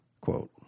quote